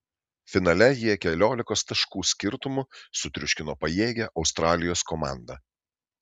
finale jie keliolikos taškų skirtumu sutriuškino pajėgią australijos komandą